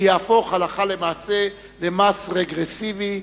שיהפוך, הלכה למעשה, למס רגרסיבי,